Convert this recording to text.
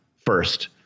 first